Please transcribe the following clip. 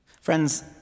Friends